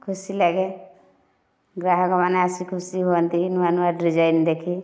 ଖୁସି ଲାଗେ ଗ୍ରାହକ ମାନେ ଆସି ଖୁସି ହୁଅନ୍ତି ନୂଆ ନୂଆ ଡିଜାଇନ ଦେଖି